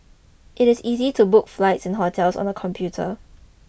it is easy to book flights and hotels on the computer